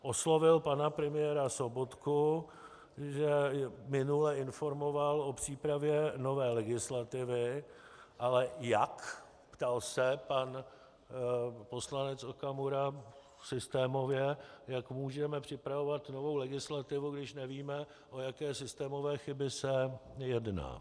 Oslovil pana premiéra Sobotku, že minule informoval o přípravě nové legislativy, ale jak, ptal se pan poslanec Okamura, systémově, jak můžeme připravovat novou legislativu, když nevíme, o jaké systémové chyby se jedná.